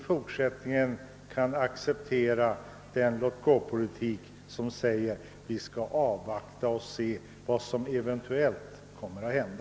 Därför kan vi inte acceptera en låtgåpolitik som innebär att vi skall avvakta och se vad som eventuellt kommer att hända.